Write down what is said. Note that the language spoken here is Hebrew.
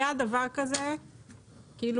היה דבר כזה קורונה בשנתיים האחרונות,